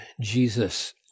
Jesus